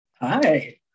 Hi